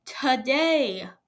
Today